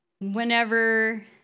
Whenever